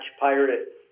pirate